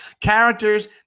characters